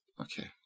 okay